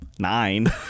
Nine